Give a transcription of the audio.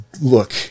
look